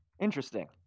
Interesting